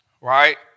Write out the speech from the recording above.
right